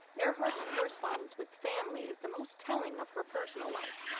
earhart's correspondence with family is the most telling of her personal life,